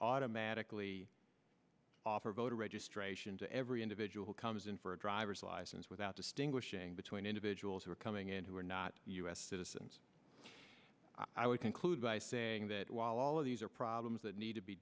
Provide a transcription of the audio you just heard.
automatically offer voter registration to every individual comes in for a driver's license without distinguishing between individuals who are coming in who are not u s citizens i would conclude by saying while all of these are problems that need to be